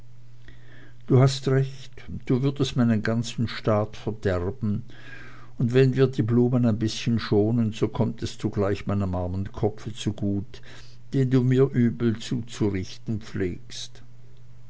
du hast recht du würdest meinen ganzen staat verderben und wenn wir die blumen ein bißchen schonen so kommt es zugleich meinem armen kopf zu gut den du mir übel zuzurichten pflegst